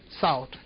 south